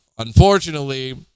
Unfortunately